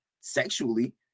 sexually